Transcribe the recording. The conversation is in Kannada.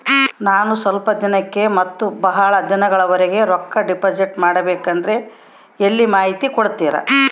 ನಾನು ಸ್ವಲ್ಪ ದಿನಕ್ಕ ಮತ್ತ ಬಹಳ ದಿನಗಳವರೆಗೆ ರೊಕ್ಕ ಡಿಪಾಸಿಟ್ ಮಾಡಬೇಕಂದ್ರ ಎಲ್ಲಿ ಮಾಹಿತಿ ಕೊಡ್ತೇರಾ?